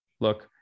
look